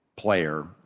player